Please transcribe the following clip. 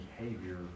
behavior